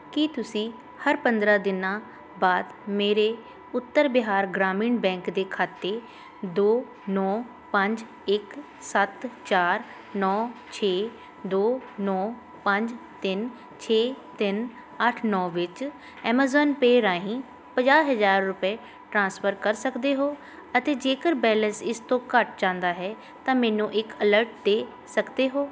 ਕੀ ਤੁਸੀਂ ਹਰ ਪੰਦਰਾਂ ਦਿਨਾਂ ਬਾਅਦ ਮੇਰੇ ਉੱਤਰ ਬਿਹਾਰ ਗ੍ਰਾਮੀਣ ਬੈਂਕ ਦੇ ਖਾਤੇ ਦੋ ਨੌਂ ਪੰਜ ਇੱਕ ਸੱਤ ਚਾਰ ਨੌਂ ਛੇ ਦੋ ਨੌਂ ਪੰਜ ਤਿੰਨ ਛੇ ਤਿੰਨ ਅੱਠ ਨੌਂ ਵਿੱਚ ਐਮਾਜ਼ਾਨ ਪੇ ਰਾਹੀਂ ਪੰਜਾਹ ਹਜ਼ਾਰ ਰੁਪਏ ਟ੍ਰਾਂਸਫਰ ਕਰ ਸਕਦੇ ਹੋ ਅਤੇ ਜੇਕਰ ਬੈਲੇਂਸ ਇਸ ਤੋਂ ਘੱਟ ਜਾਂਦਾ ਹੈ ਤਾਂ ਮੈਨੂੰ ਇੱਕ ਅਲਰਟ ਦੇ ਸਕਦੇ ਹੋ